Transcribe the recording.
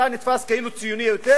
אתה נתפס כאילו כציוני יותר,